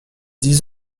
dix